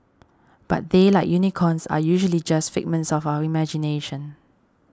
but they like unicorns are usually just figments of our imagination